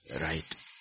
right